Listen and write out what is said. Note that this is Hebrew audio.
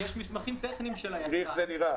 -- יש מסמכים טכניים של היצרן,